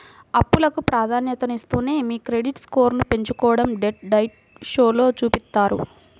అప్పులకు ప్రాధాన్యతనిస్తూనే మీ క్రెడిట్ స్కోర్ను పెంచుకోడం డెట్ డైట్ షోలో చూపిత్తారు